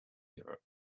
europe